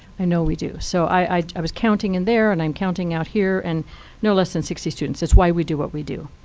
i know we do. so i i was counting in there, and i'm counting out here, and no less than sixty students. that's why we do what we do.